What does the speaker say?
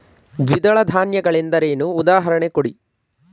ದ್ವಿದಳ ಧಾನ್ಯ ಗಳೆಂದರೇನು, ಉದಾಹರಣೆ ಕೊಡಿ?